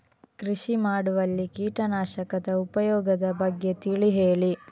ಕೃಷಿ ಮಾಡುವಲ್ಲಿ ಕೀಟನಾಶಕದ ಉಪಯೋಗದ ಬಗ್ಗೆ ತಿಳಿ ಹೇಳಿ